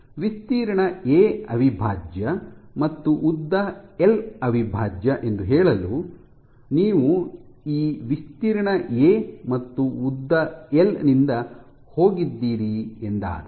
ವಿಸ್ತೀರ್ಣ ಎ ಅವಿಭಾಜ್ಯ ಮತ್ತು ಉದ್ದ ಎಲ್ ಅವಿಭಾಜ್ಯ ಎಂದು ಹೇಳಲು ನೀವು ಈ ವಿಸ್ತೀರ್ಣ ಎ ಮತ್ತು ಉದ್ದ ಎಲ್ ನಿಂದ ಹೋಗಿದ್ದೀರಿ ಎಂದಾದರೆ